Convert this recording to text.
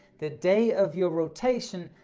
the day of your rotation,